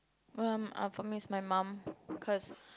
um for me is my mum cause